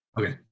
Okay